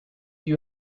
you